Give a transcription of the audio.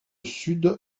sud